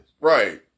Right